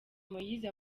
moise